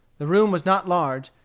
the room was not large,